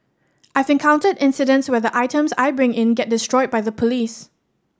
I've encountered incidents where the items I bring in get destroyed by the police